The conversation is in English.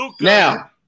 Now